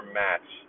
match